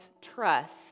trust